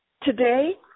Today